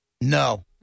No